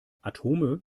atome